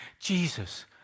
Jesus